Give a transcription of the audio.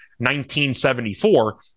1974